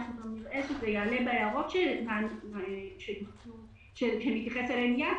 נראה גם שזה יעלה בהערות שנתייחס אליהן מייד.